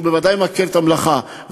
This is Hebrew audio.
שהוא בוודאי מכיר את המלאכה,